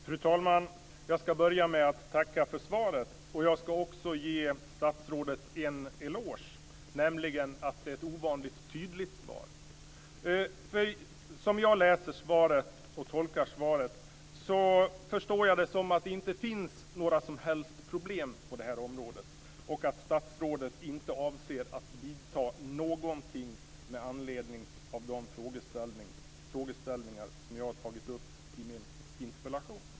Fru talman! Jag skall börja med att tacka för svaret. Jag skall också ge statsrådet en eloge. Det är ett ovanligt tydligt svar. Som jag tolkar svaret finns det inte några som helst problem på det här området, och statsrådet avser inte att vidta någonting med anledning av de frågeställningar som jag har tagit upp i min interpellation.